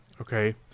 Okay